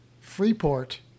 Freeport